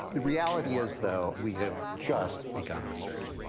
the reality is, though, we have just begun the search.